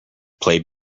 play